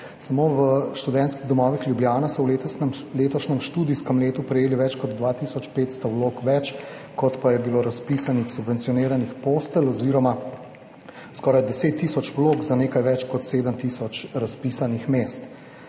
Samo v Študentskem domu Ljubljana so v letošnjem študijskem letu prejeli več kot 2 tisoč 500 vlog več, kot pa je bilo razpisanih subvencioniranih postelj, oziroma skoraj 10 tisoč vlog za nekaj več kot 7 tisoč razpisanih mest.